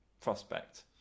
prospect